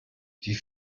die